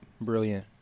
brilliant